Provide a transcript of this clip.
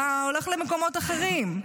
אתה הולך למקומות אחרים.